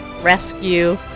Rescue